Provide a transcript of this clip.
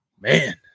man